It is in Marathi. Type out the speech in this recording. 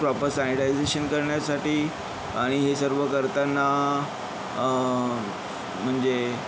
प्रॉपर सॅनिटायजेशन करण्यासाठी आणि हे सर्व करताना म्हणजे